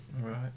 Right